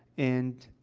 and,